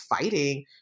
fighting